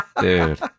Dude